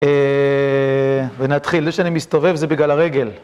ונתחיל, זה שאני מסתובב זה בגלל הרגל.